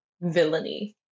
villainy